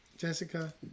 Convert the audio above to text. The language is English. Jessica